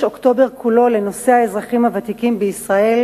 אוקטובר כולו לנושא האזרחים הוותיקים בישראל,